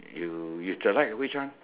you you select which one